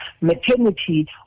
maternity